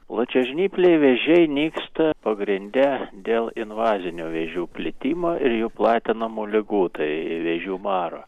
plačiažnypliai vėžiai nyksta pagrinde dėl invazinių vėžių plitimo ir jų platinamų ligų tai vėžių maro